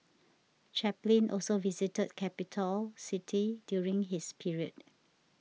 Chaplin also visited Capitol City during his period